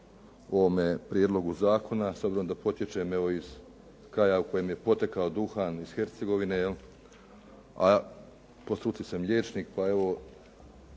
o ovome prijedlogu zakona, s obzirom da potječem evo iz kraja u kojem je potekao duhan iz Hercegovine jel', a po struci sam liječnik pa evo